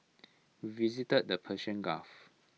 visited the Persian gulf